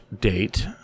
date